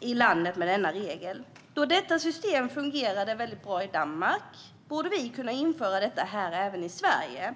i landet med denna regel. Då detta system fungerar väldigt bra i Danmark borde vi kunna införa det även i Sverige.